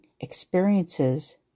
experiences